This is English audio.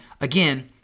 again